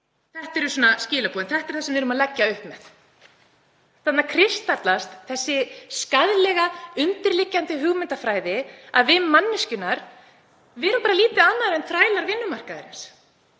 Þetta eru skilaboðin. Þetta er það sem við erum að leggja upp með. Þarna kristallast sú skaðlega, undirliggjandi hugmyndafræði, að við manneskjurnar séum lítið annað en þrælar vinnumarkaðarins.